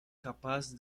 capaz